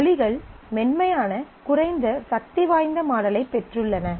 மொழிகள் மென்மையான குறைந்த சக்திவாய்ந்த மாடலைப் பெற்றுள்ளன